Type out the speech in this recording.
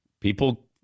people